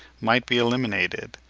might be eliminated,